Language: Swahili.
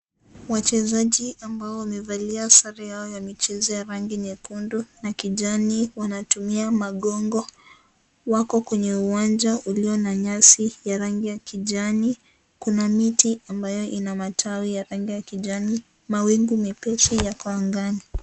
Wachezaji ambao wamevalia sare yao michezo ya rangi nyekundu na kijani. Wanatumia magongo. Wako kwenye uwanja ulio na nyasi ya kijani. Kuna miti ambayo ina matawi ya rangi ya kijani. Mawingu mepesi yako angani.